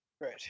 Right